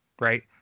right